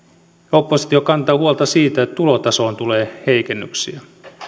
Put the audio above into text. oppositio kantaa huolta siitä että tulotasoon tulee heikennyksiä